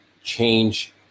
change